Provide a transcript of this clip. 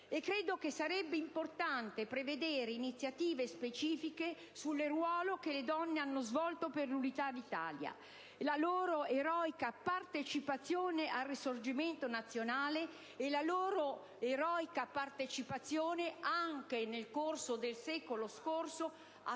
credo che sarebbe importante prevedere iniziative specifiche sul ruolo che le donne hanno svolto per l'Unità d'Italia: la loro eroica partecipazione al Risorgimento nazionale e la loro eroica partecipazione, anche nel corso de**l** XX secolo, a